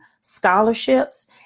scholarships